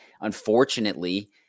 unfortunately